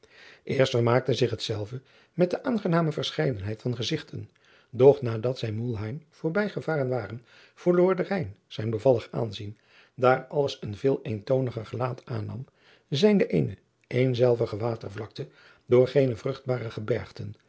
erst vermaakte zich hetzelve met de aangename verscheidenheid van gezigten doch nadat zij ulheim voorbij gevaren waren verloor de ijn zijn bevallig aanzien daar alles een veel eentooniger gelaat aannam zijnde eene eenzelvige watervlakte door geene vruchtbare gebergten